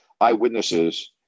eyewitnesses